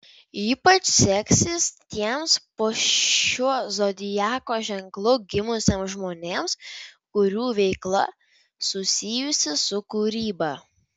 ypač seksis tiems po šiuo zodiako ženklu gimusiems žmonėms kurių veikla susijusi su kūryba